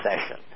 session